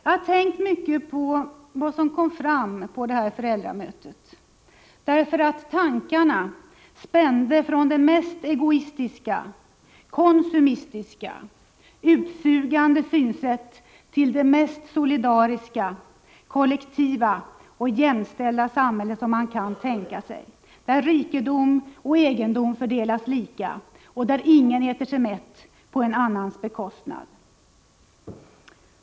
Jag har tänkt mycket på vad som kom fram på detta föräldramöte, därför att tankarna spände från det mest egoistiska, konsumistiska, utsugande synsätt till det mest solidariska, kollektiva och jämställda samhälle man kan tänka sig, där rikedom och egendom fördelas lika och där ingen äter sig mätt på en annans bekostnad.